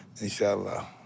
Inshallah